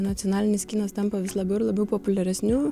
nacionalinis kinas tampa vis labiau ir labiau populiaresniu